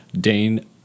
Dane